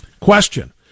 Question